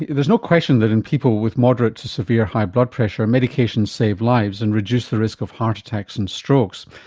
there's no question that in people with moderate to severe high blood pressure, medications save lives and reduce the risk of heart attacks and strokes.